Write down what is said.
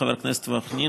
חבר הכנסת וקנין,